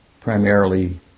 primarily